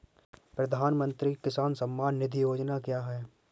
प्रधानमंत्री किसान सम्मान निधि योजना क्या है?